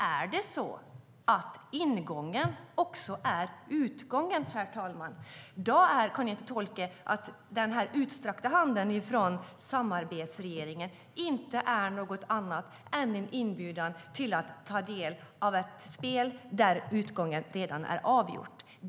Är det så att ingången också är utgången, herr talman? Då kan jag inte tolka den utsträckta handen från samarbetsregeringen som något annat än en inbjudan till att ta del av ett spel där utgången redan är avgjord.